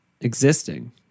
existing